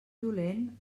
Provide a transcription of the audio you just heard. dolent